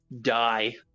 die